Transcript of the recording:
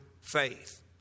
faith